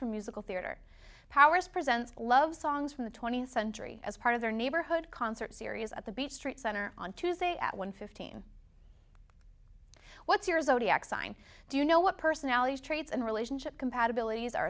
from musical theater powers presents love songs from the twentieth century as part of their neighborhood concert series at the beach street center on tuesday at one fifteen what's your zodiac sign do you know what personality traits and relationship compatibilit